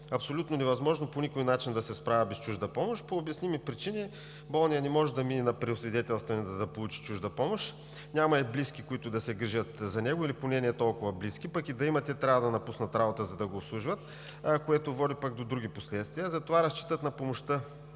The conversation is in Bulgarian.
абсолютно невъзможно да се справя без чужда помощ. По обясними причини болният не може да мине на преосвидетелстване, за да получи чужда помощ, а няма близки, които да се грижат за него, или поне не толкова близки, пък и да има, те трябва да напуснат работа, за да го обслужват, което води до други последствия, затова те разчитат на помощта